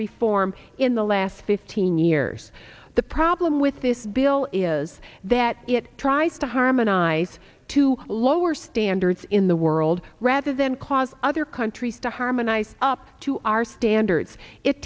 reform in the last fifteen years the problem with this bill is that it tries to harmonize to lower standards in the world rather than cause other countries to harmonize up to our standards it